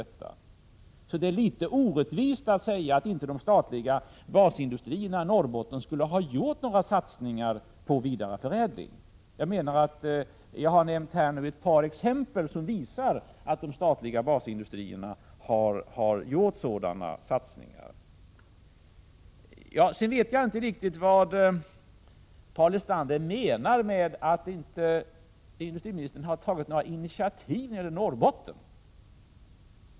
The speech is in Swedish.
Det är alltså litet orättvist att säga att de statliga basindustrierna i Norrbotten inte skulle ha gjort några satsningar på vidareförädling. Jag har här nämnt ett par exempel, som visar att de statliga basindustrierna har gjort sådana satsningar. Sedan vet jag inte riktigt vad Paul Lestander menar med att industriministern inte har tagit några initiativ när det gäller Norrbotten.